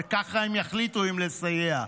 וככה הם יחליטו אם לסייע?